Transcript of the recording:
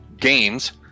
games